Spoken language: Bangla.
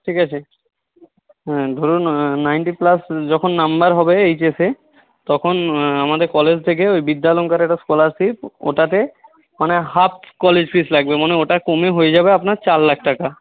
ঠিক আছে হ্যাঁ ধরুন নাইন্টি প্লাস যখন নাম্বার হবে এইচ এসে তখন আমাদের কলেজ থেকে ওই বিদ্যালঙ্কার একটা স্কলারশিপ ওটাতে মানে হাফ কলেজ ফিজ লাগবে মানে ওটা কমে হয়ে যাবে আপনার চার লাখ টাকা